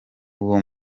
uwo